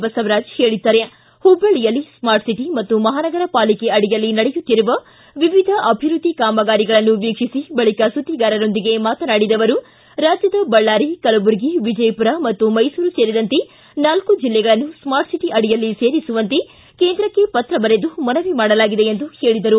ಬಸವರಾಜ ಹೇಳಿದ್ದಾರೆ ಹುಬ್ಬಳ್ಳಿಯಲ್ಲಿ smart city ಮತ್ತು ಮಹಾನಗರ ಪಾಲಿಕೆ ಅಡಿಯಲ್ಲಿ ನಡೆಯುತ್ತಿರುವ ವಿವಿದ ಅಭಿವೃದ್ದಿ ಕಾಮಗಾರಿಗಳನ್ನು ವೀಕ್ಷಿಸಿ ಬಳಿಕ ಸುದ್ದಿಗಾರರೊಂದಿಗೆ ಮಾತನಾಡಿದ ಅವರು ರಾಜ್ಯದ ಬಳ್ಳಾರಿ ಕಲಬುರ್ಗಿ ವಿಜಯಪುರ ಹಾಗೂ ಮೈಸೂರು ಸೇರಿದಂತೆ ನಾಲ್ಕು ಜಿಲ್ಲೆಗಳನ್ನು ಸ್ಮಾರ್ಟ್ ಸಿಟಿ ಅಡಿಯಲ್ಲಿ ಸೇರಿಸುವಂತೆ ಕೇಂದ್ರಕ್ಕೆ ಪತ್ರ ಬರೆದು ಮನವಿ ಮಾಡಲಾಗಿದೆ ಎಂದು ಹೇಳಿದರು